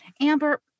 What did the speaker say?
Amber